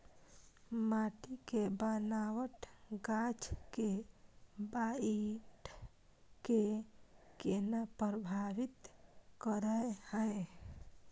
माटी के बनावट गाछ के बाइढ़ के केना प्रभावित करय हय?